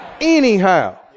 Anyhow